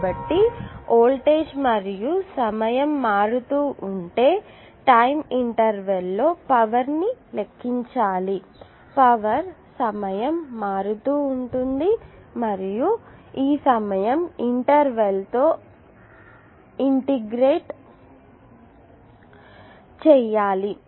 కాబట్టి వోల్టేజ్ సమయం మారుతూ ఉంటే టైం ఇంటర్వెల్ లో పవర్ ను లెక్కించాలి పవర్ సమయం మారుతూ ఉంటుంది మరియు ఈ సమయం ఇంటర్వెల్ తో ఇంటిగ్రేట్ చేయాలి